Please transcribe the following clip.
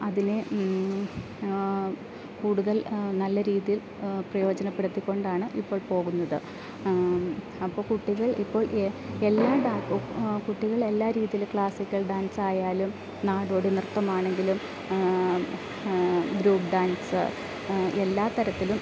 അതിനെ കൂടുതൽ നല്ല രീതിയിൽ പ്രയോജനപ്പെടുത്തി കൊണ്ടാണ് ഇപ്പോൾ പോകുന്നത് അപ്പോൾ കുട്ടികൾ ഇപ്പോൾ എല്ലാ കുട്ടികളെ എല്ലാ രീതിയിൽ ക്ലാസിക്കൽ ഡാൻസായാലും നാടോടി നൃത്തമാണെങ്കിലും ഗ്രൂപ്പ് ഡാൻസ് എല്ലാ തരത്തിലും